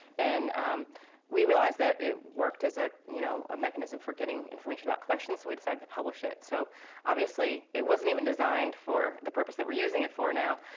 and we realized that it worked as a you know mechanism for getting information about collections, so we decided to publish it. so obviously it wasn't even designed for the purpose that we're using it for now.